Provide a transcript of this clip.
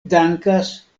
dankas